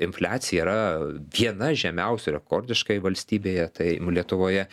infliacija yra viena žemiausių rekordiškai valstybėje tai lietuvoje